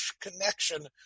connection